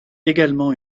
également